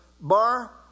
Bar